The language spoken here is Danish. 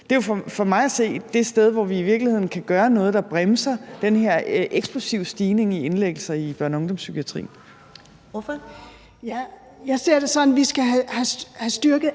det er jo for mig at se det sted, hvor vi i virkeligheden kan gøre noget, der bremser den her eksplosive stigning af indlæggelser i børne- og ungdomspsykiatrien.